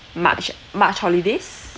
march march holidays